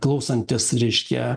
klausantis reiškia